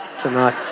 tonight